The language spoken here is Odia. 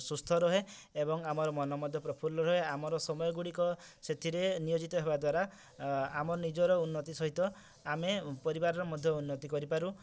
ସୁସ୍ଥ ରହେ ଏବଂ ଆମର ମନ ମଧ୍ୟ ପ୍ରଫୁଲ୍ଲ ରହେ ଆମର ସମୟଗୁଡ଼ିକ ସେଥିରେ ନିୟୋଜିତ ହେବା ଦ୍ଵାରା ଆଃ ଆମ ନିଜର ଉନ୍ନତ୍ତି ସହିତ ଆମେ ପରିବାରର ମଧ୍ୟ ଉନ୍ନତ୍ତି କରିଥାଉ